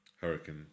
Hurricane